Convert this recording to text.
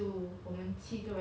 bac~ background right